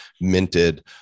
minted